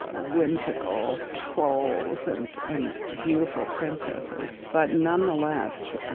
ah whimsical trolls and and beautiful princesses. but nonetheless, ah